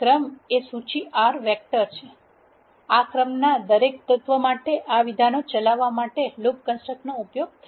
ક્રમ એ સૂચિ R વેક્ટર છે આ ક્રમના દરેક તત્વ માટે આ વિધાનો ચલાવવા માટે લૂપ કન્સ્ટ્રકટ નો ઉપયોગ થાય